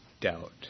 doubt